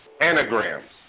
Anagrams